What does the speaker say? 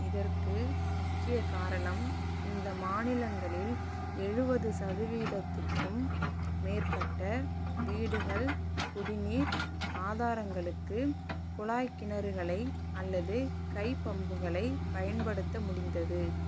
இதற்கு முக்கியக் காரணம் இந்த மாநிலங்களில் எழுவது சதவீதத்துக்கும் மேற்பட்ட வீடுகள் குடிநீர் ஆதாரங்களுக்கு குழாய்க் கிணறுகளை அல்லது கை பம்புகளை பயன்படுத்த முடிந்தது